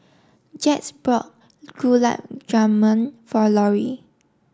Jax bought Gulab Jamun for Lorrie